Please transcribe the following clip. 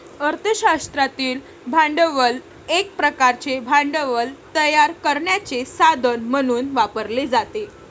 अर्थ शास्त्रातील भांडवल एक प्रकारचे भांडवल तयार करण्याचे साधन म्हणून वापरले जाते